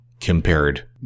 compared